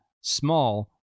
small